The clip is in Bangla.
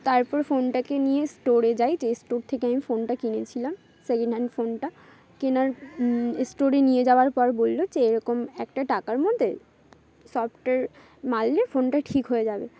তারপর ফোনটাকে নিয়ে স্টোরে যাই যে স্টোর থেকে আমি ফোনটা কিনেছিলাম সেকেন্ড হ্যান্ড ফোনটা কেনার স্টোরে নিয়ে যাওয়ার পর বলল যে এরকম একটা টাকার মধ্যে সফটওয়্যার মারলে ফোনটা ঠিক হয়ে যাবে